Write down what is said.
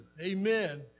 Amen